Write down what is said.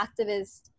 activist